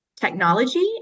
technology